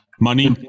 money